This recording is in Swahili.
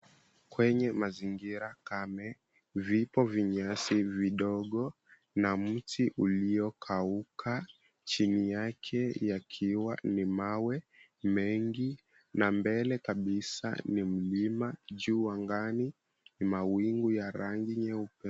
Kwenye mazingira kame vipo vinyasi vidogo na mti uliokauka chini yake yakiwa ni mawe mengi na mbele kabisa ni mlima juu angani ni mawingu ya rangi nyeupe.